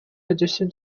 addition